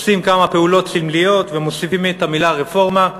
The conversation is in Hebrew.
עושים כמה פעולות סמליות ומוסיפים את המילה "רפורמה",